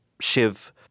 Shiv